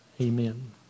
Amen